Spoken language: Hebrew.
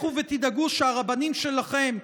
לכו ותדאגו שהרבנים שלכם,